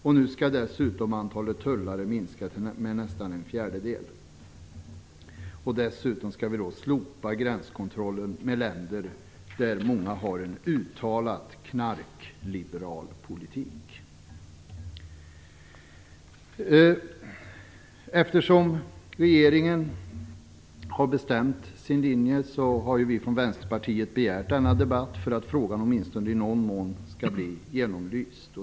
Nu skall dessutom antalet tullare minskas med nästan en fjärdedel och gränskontrollen slopas med många länder som har en uttalat knarkliberal politik. Eftersom regeringen har bestämt sin linje har vi från Vänsterpartiet begärt denna debatt för att frågan åtminstone i någon mån skall bli genomlyst.